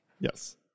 yes